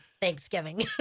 Thanksgiving